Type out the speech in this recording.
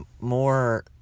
more